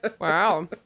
Wow